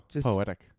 poetic